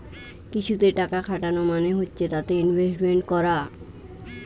কিছুতে টাকা খাটানো মানে হচ্ছে তাতে ইনভেস্টমেন্ট করা